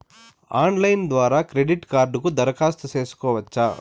Online ద్వారా credit కార్డుకు దరఖాస్తు సేసుకోవచ్చా?